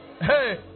Hey